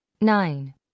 nine